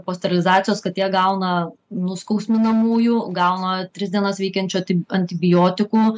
po sterilizacijos katė gauna nuskausminamųjų gauna tris dienas veikiančio antibiotikų